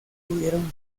pudieron